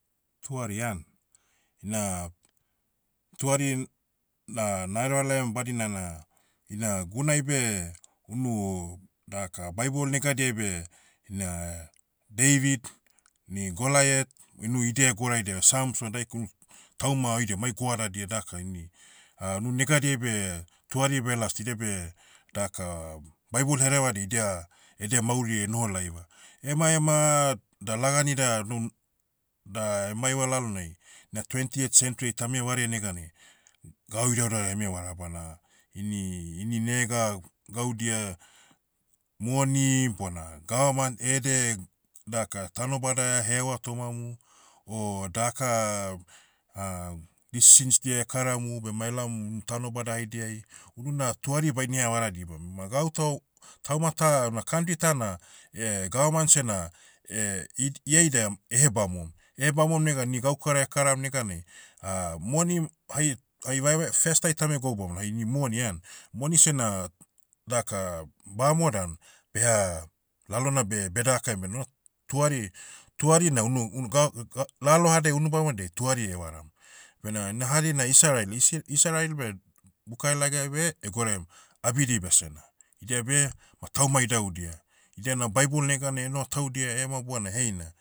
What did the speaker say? Tuari an. Ina, tuari, na nahereva laiam badina na, ina gunai beh, unu daka bible negadiai beh, ina, david, ni goliath, inu idia egoraidiava samson daik unu, tauma oidiam mai goadadia daka ini. unu negadiai beh, tuari belas toh idia beh, daka, bible herevadia idia, edia mauri enoho laiva. Ema ema, da lagani da no, da emaiva lalonai, na twentieth century ai tame vareai neganai, gau idaudau eme vara bana, ini- ini nega, gaudia, moni bona gavamant ede, daka tanobada eheaua tomamu, o daka, decisions dia ekaramu bema elaom un tanobada haidiai, unu na tuari baine havara diba bema gautao, tauma ta una country tana, gavaman sena, id- ia ida, ehebamom. Ehebamom negan ni gaukara ekaram neganai, moni, hai- hai vaevae first ai tame gwau bamona hai ni moni an, moni sena, daka bamo dan, beha, lalona beh- bedakaiam ben una, tuari- tuari na unu- unu gav- ga- lalohadai unubamodiai tuari evaram. Bena ina hari na isarael. Ise- isarael beh, buka helagai beh, egoraiam, abidi besena. Idia beh, ma tauma idaudia. Idia na bible neganai enoho taudia ema bona heina,